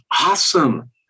awesome